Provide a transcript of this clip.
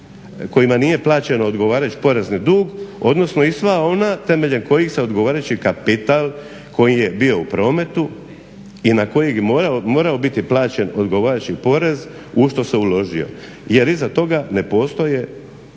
kojima nije plaćen odgovarajući porezni dug, odnosno ista ona temeljem kojih se odgovarajući kapital koji je bio u prometu i na koji je morao biti plaćen odgovarajući porez u što se uložio. Jer iza toga ne postoje